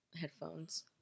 Headphones